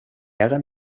hagan